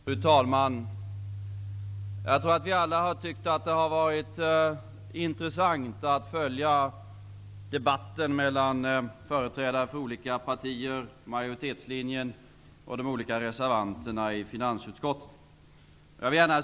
Fru talman! Jag tror att vi alla har tyckt att det har varit intressant att följa debatten mellan företrädare för olika partier för majoritetslinjen och de olika reservanterna i finansutskottet.